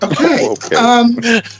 Okay